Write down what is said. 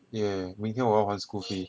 !yay! 明天我要还 school fee